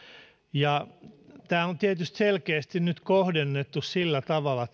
ja tämä esitys on tietysti selkeästi nyt kohdennettu sillä tavalla